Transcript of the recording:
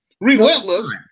relentless